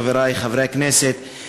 חברי חברי הכנסת,